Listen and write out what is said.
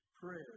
prayer